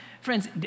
friends